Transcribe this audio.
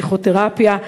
פסיכותרפיה,